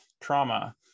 trauma